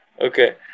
Okay